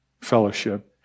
fellowship